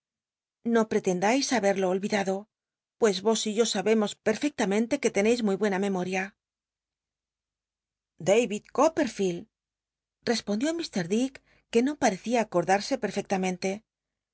no pretendeis haberlo olvidado pues vos y yo sabernos perfectamente que teneis muy buena memoria david copperfield respondió mr dick que no parecía acordarse